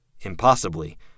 Impossibly